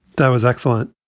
that was excellent.